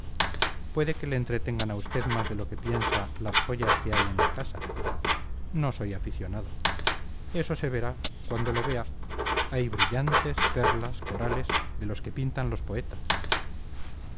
puede que le entretengan a usted más de lo que piensa las joyas que hay en la casa no soy aficionado eso se verá cuando lo vea hay brillantes perlas corales de los que pintan los poetas